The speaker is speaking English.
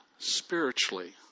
Spiritually